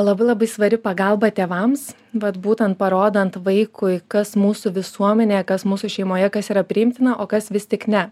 labai labai svari pagalba tėvams bet būtent parodant vaikui kas mūsų visuomenėje kas mūsų šeimoje kas yra priimtina o kas vis tik ne